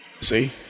See